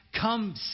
Come